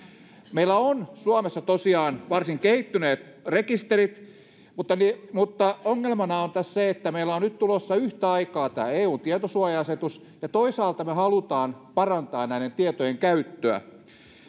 meillä on suomessa tosiaan varsin kehittyneet rekisterit mutta ongelmana on taas se että meillä on on nyt tulossa yhtä aikaa tämä eun tietosuoja asetus ja toisaalta me haluamme parantaa näiden tietojen käyttöä